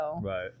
Right